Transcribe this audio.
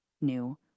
new